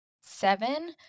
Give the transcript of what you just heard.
seven